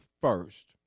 first